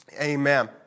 Amen